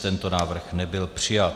Tento návrh nebyl přijat.